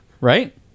Right